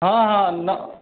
हँ हँ